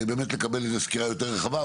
הייתי רוצה לקבל סקירה יותר רחבה.